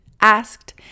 asked